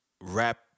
rap